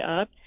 up